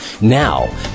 Now